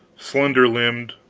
slender-limbed,